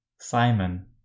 Simon